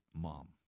mom